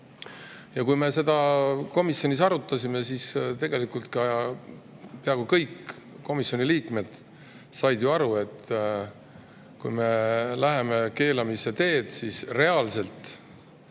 me seda komisjonis arutasime, siis tegelikult peaaegu kõik komisjoni liikmed said aru, et kui me läheme keelamise teed, siis reaalselt